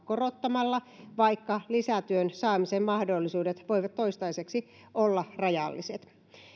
korottamalla vaikka lisätyön saamisen mahdollisuudet voivat toistaiseksi olla rajalliset